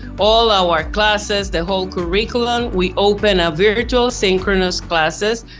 all our classes, the whole curriculum, we open a virtual synchronous classes,